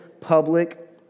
public